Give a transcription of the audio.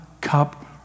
cup